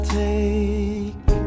take